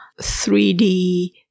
3D